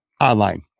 online